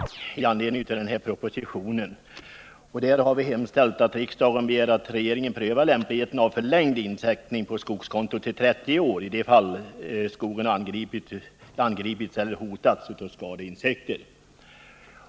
Herr talman! Tillsammans med Karl-Eric Norrby har jag väckt motion 2047 i anledning av den här propositionen. Där har vi hemställt att riksdagen begär att regeringen prövar lämpligheten av förlängd insättning på skogskonto till 30 år i de fall skogen har angripits eller hotats av skadeinsekter.